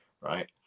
right